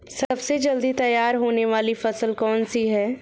सबसे जल्दी तैयार होने वाली फसल कौन सी है?